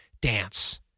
dance